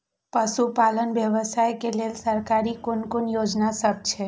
पशु पालन व्यवसाय के लेल सरकारी कुन कुन योजना सब छै?